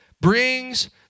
brings